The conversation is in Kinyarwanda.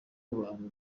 abantu